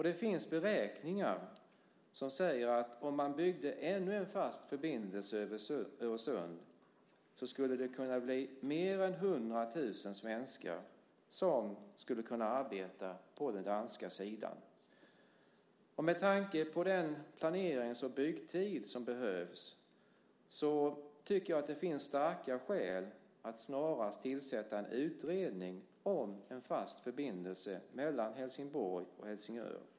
Det finns beräkningar som säger att om man byggde ännu en fast förbindelse över Öresund skulle mer än 100 000 svenskar kunna arbeta på den danska sidan. Med tanke på den planerings och byggtid som behövs finns det starka skäl att snarast tillsätta en utredning om en fast förbindelse mellan Helsingborg och Helsingör.